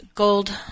Gold